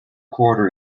quarter